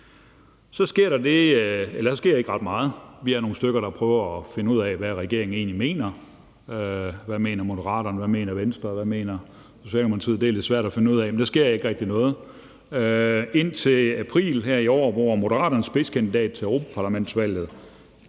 og der sker ikke ret meget. Vi er nogle stykker, der prøver at finde ud af, hvad regeringen egentlig mener. Hvad mener Moderaterne, hvad mener Venstre, og hvad mener Socialdemokratiet? Det er lidt svært at finde ud af. Men der sker ikke rigtig noget indtil april her i år, hvor Moderaternes spidskandidat til europaparlamentsvalget,